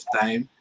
time